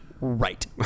Right